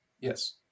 Yes